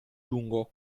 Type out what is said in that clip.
lungo